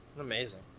Amazing